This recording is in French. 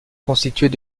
constituées